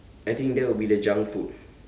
I think that would be the junk food